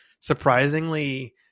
surprisingly